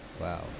Wow